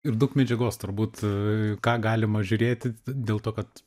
ir daug medžiagos turbūt a ką galima žiūrėti d dėl to kad